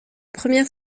première